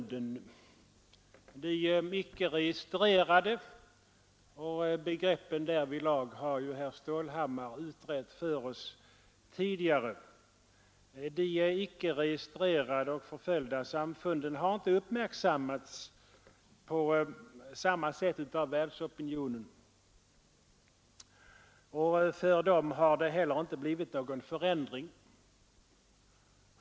De icke registrerade — begreppen därvidlag har herr Stålhammar tidigare utrett för oss — och förföljda kristna samfunden har inte på samma sätt uppmärksammats av världsopinionen. För dem har det inte heller blivit någon förändring.